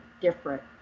different